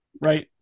right